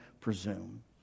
presume